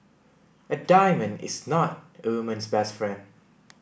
a diamond is not a woman's best friend